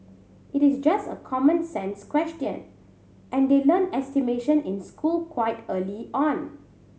it is just a common sense question and they learn estimation in school quite early on